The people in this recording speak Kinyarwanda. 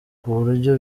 kuburyo